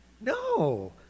No